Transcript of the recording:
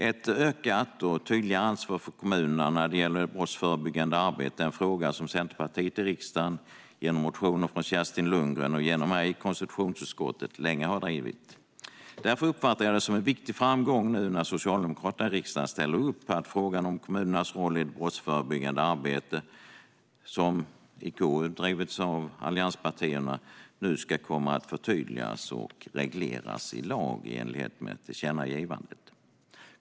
Ett ökat och tydligare ansvar för kommunerna när det gäller brottsförebyggande arbete är en fråga som Centerpartiet i riksdagen genom motioner väckta av Kerstin Lundgren och mig i konstitutionsutskottet länge har drivit. Därför uppfattar jag det som en viktig framgång när Socialdemokraterna i riksdagen ställer upp på att frågan om kommunernas roll i det brottsförebyggande arbetet, som i KU har drivits av allianspartierna, nu ska komma att förtydligas och regleras i lag, i enlighet med tillkännagivandet.